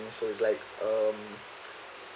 and so it's like um